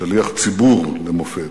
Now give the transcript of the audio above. שליח ציבור למופת.